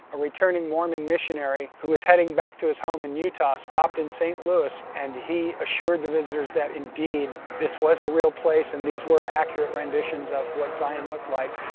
a returning mormon missionary who was heading back to his home in utah, stopped in st. louis and he assured the visitors that indeed this was a real place and these were accurate renditions of what zion looked like.